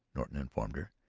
norton informed her.